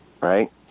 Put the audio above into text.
Right